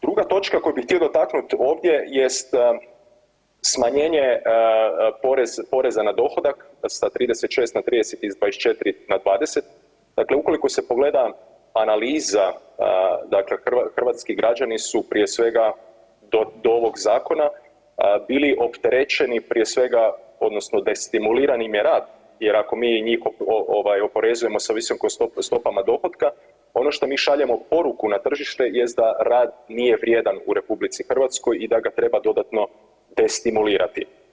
Druga točka koju bih htio dotaknut ovdje jest smanjenje porez, poreza na dohodak sa 36 na 30 i s 24 na 20, dakle ukoliko se pogleda analiza, dakle hrvatski građani su prije svega do, do ovog zakona bili opterećeni prije svega odnosno destimuliran im je rad jer ako mi njih ovaj oporezujemo sa visokim stopama dohotka, ono što mi šaljemo poruku na tržište jest da rad nije vrijedan u RH i da ga treba dodatno destimulirati.